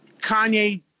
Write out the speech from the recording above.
Kanye